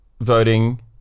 voting